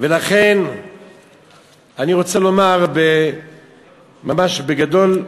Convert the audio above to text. אני רוצה לומר, ממש בגדול,